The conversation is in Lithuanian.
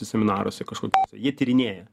seminaruose kažkokiuose jie tyrinėja